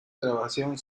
grabación